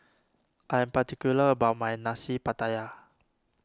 I am particular about my Nasi Pattaya